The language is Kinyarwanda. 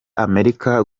amerika